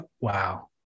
Wow